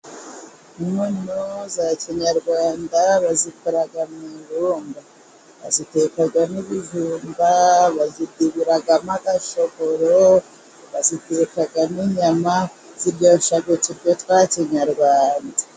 Inkono za kinyarwanda bazikora mu ibumba. Bazitekamo ibijumba, bazipigiramo agashogoro, bazitekamo n'inyama. ziryoshya ibiryo bya kinyarwanda.